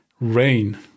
rain